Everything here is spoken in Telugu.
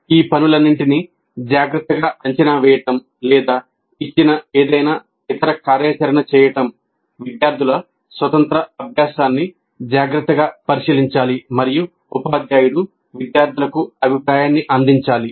ఈ పనులన్నింటినీ జాగ్రత్తగా అంచనా వేయటం లేదా ఇచ్చిన ఏదైనా ఇతర కార్యాచరణ చేయటం విద్యార్థుల స్వతంత్ర అభ్యాసాన్ని జాగ్రత్తగా పరిశీలించాలి మరియు ఉపాధ్యాయుడు విద్యార్థులకు అభిప్రాయాన్ని అందించాలి